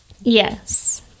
Yes